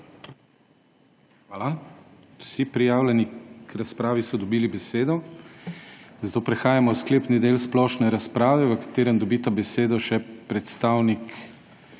Hvala. Vsi prijavljeni k razpravi so dobili besedo, zato prehajamo v sklepni del splošne razprave, v katerem dobita besedo še predstavnik